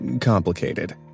complicated